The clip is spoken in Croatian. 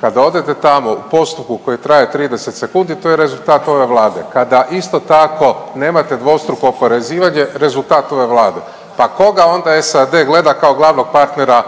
kada odete tamo u postupku koji traje 30 sekundi to je rezultat ove Vlade. Kada isto tako, nemate dvostruko oporezivanje, rezultat ove Vlade. Pa koga onda SAD gleda kao glavnog partnera